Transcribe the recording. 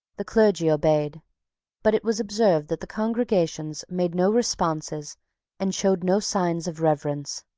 the clergy obeyed but it was observed that the congregations made no responses and showed no signs of reverence.